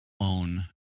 own